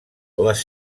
les